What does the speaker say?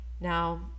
Now